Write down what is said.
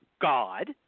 God